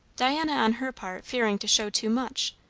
diana on her part fearing to show too much,